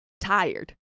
tired